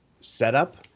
setup